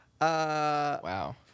Wow